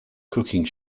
cooking